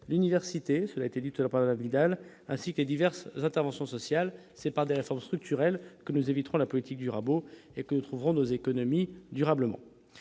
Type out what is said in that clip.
l'université a été dite par Abidal, ainsi que diverses interventions sociales, c'est pas des réformes structurelles que nous éviterons la politique du rabot et que nous trouverons nos économies durablement